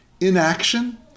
inaction